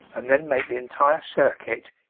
and then make the entire circuit,